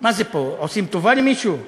מה זה פה, עושים טובה למישהו?